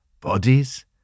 bodies